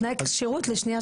תנאי כשירות לשנייה,